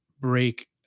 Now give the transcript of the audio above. break